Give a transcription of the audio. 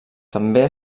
també